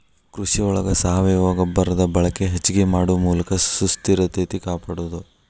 ಕೃಷಿ ಒಳಗ ಸಾವಯುವ ಗೊಬ್ಬರದ ಬಳಕೆ ಹೆಚಗಿ ಮಾಡು ಮೂಲಕ ಸುಸ್ಥಿರತೆ ಕಾಪಾಡುದು